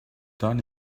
done